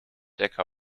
decke